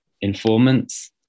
informants